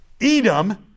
Edom